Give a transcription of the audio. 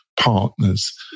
partners